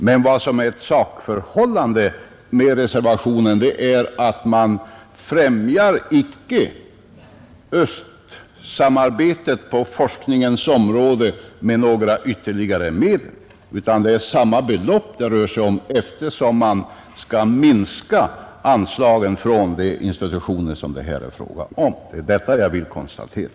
Men vad som är ett sakförhållande med reservationen är att den inte främjar östsamarbetet på forskningens område. Det får inga ytterligare medel. Det är samma belopp det rör sig om, eftersom man kommer att minska anslagen från de institutioner som det här är fråga om. Det är detta som jag har velat konstatera.